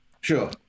Sure